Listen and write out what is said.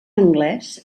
anglès